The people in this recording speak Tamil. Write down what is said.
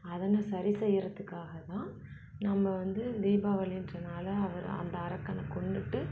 அதனை சரி செய்றத்துக்காக தான் நம்ம வந்து தீபாவளின்ற நாளை அவரை அந்த அரக்கன கொன்னுவிட்டு